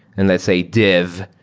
and let's say div,